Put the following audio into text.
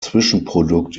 zwischenprodukt